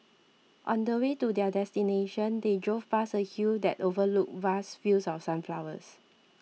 on the way to their destination they drove past a hill that overlooked vast fields of sunflowers